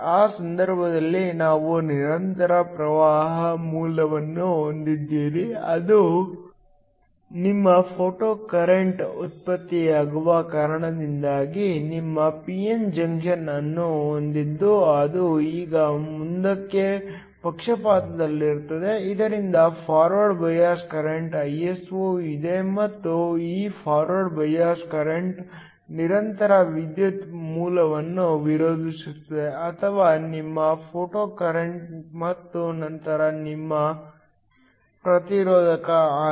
ಆ ಸಂದರ್ಭದಲ್ಲಿ ನೀವು ನಿರಂತರ ಪ್ರವಾಹದ ಮೂಲವನ್ನು ಹೊಂದಿದ್ದೀರಿ ಅದು ನಿಮ್ಮ ಫೋಟೊಕರೆಂಟ್ ಉತ್ಪತ್ತಿಯಾಗುವ ಕಾರಣದಿಂದಾಗಿ ನಿಮ್ಮ p n ಜಂಕ್ಷನ್ ಅನ್ನು ಹೊಂದಿದ್ದು ಅದು ಈಗ ಮುಂದಕ್ಕೆ ಪಕ್ಷಪಾತದಲ್ಲಿರುತ್ತದೆ ಇದರಿಂದ ಫಾರ್ವರ್ಡ್ ಬಯಾಸ್ ಕರೆಂಟ್ Iso ಇದೆ ಮತ್ತು ಈ ಫಾರ್ವರ್ಡ್ ಬಯಾಸ್ ಕರೆಂಟ್ ನಿರಂತರ ವಿದ್ಯುತ್ ಮೂಲವನ್ನು ವಿರೋಧಿಸುತ್ತದೆ ಅಥವಾ ನಿಮ್ಮ ಫೋಟೊಕರೆಂಟ್ ಮತ್ತು ನಂತರ ನಿಮ್ಮ ಪ್ರತಿರೋಧಕ R